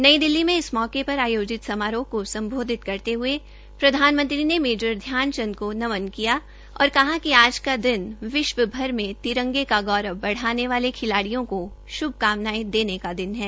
नई दिल्ली में इस मौके पर आयोजित समारोह को सम्बोधित करते हये प्रधानमंत्री ने मेजर ध्यान चंद को नमन किया और कहा कि आज का दिन विश्व भर में तिरंगे का गौरव बढ़ाने वाले खिलाडियों को शुभकामनायें देने का दिन है